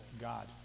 God